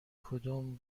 کدوم